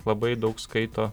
labai daug skaito